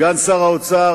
סגן שר האוצר,